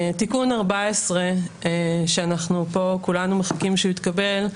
תיקון 14, שאנחנו פה כולנו מחכים שהוא יתקבל,